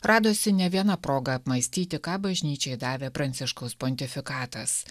radosi ne viena proga apmąstyti ką bažnyčiai davė pranciškaus pontifikatas